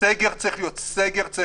שסגר צריך להיות סגר.